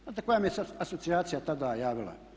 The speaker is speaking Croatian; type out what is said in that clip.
Znate koja mi se asocijacija tada javila?